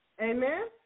Amen